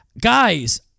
guys